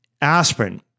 aspirin